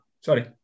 Sorry